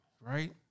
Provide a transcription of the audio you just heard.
right